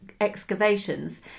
excavations